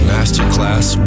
Masterclass